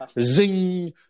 zing